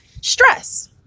stress